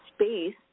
Space